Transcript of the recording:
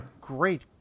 great